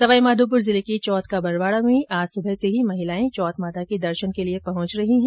सवाई माधोपुर जिले के चौथ का बरवाड़ा में आज सुबह से ही महिलाएं चौथ माता के दर्शन के लिए पहुंच रही है